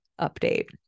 update